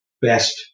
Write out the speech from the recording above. best